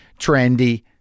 trendy